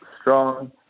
strong